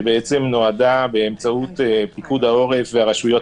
שנועדה לתמוך באמצעות פיקוד העורף והרשויות